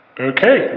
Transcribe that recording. Okay